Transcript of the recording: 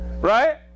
Right